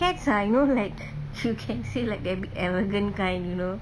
cats I know like you can say like they are a bit arrogant kind you know